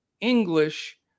English